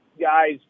guys